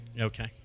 Okay